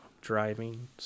Driving